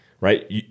Right